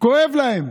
כואב להם.